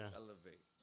elevate